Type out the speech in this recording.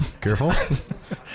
careful